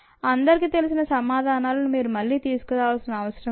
అందరికీ తెలిసిన సమాధానాలను మీరు మళ్లీ తీసుకురావాల్సిన అవసరం లేదు